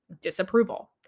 disapproval